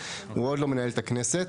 הוא עוד לא מנהל את הכנסת,